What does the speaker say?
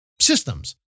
systems